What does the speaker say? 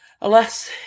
Alas